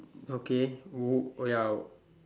okay hmm oh ya